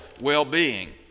well-being